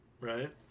Right